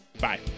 bye